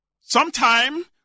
sometime